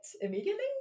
immediately